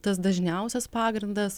tas dažniausias pagrindas